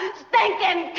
stinking